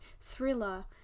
thriller